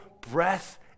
breath